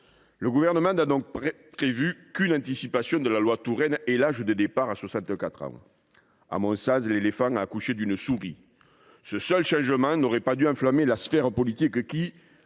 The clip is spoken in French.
Le Gouvernement n’a donc prévu qu’une anticipation de la loi Touraine et le report de l’âge de départ à la retraite à 64 ans. L’éléphant a accouché d’une souris ! Ce seul changement n’aurait pas dû enflammer la sphère politique qui,